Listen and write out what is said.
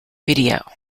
video